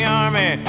army